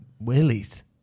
willies